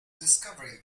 discovery